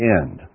end